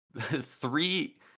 Three